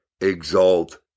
exalt